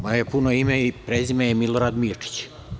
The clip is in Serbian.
Moje puno ime i prezime je Milorad Mirčić.